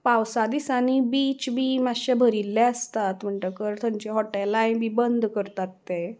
पावसा दिसांनी बीच बी मातशें भरिल्ले आसतात म्हणटकर थंयचे हॉटेलांय बी बंद करतात ते